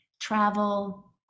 travel